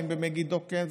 האם במגידו כן?